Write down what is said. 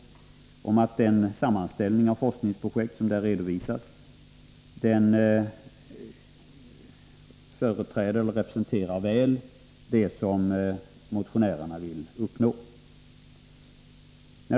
Den sammanställning av forskningsprojekt som där redovisas representerar väl det som motionärerna vill uppnå.